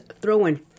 throwing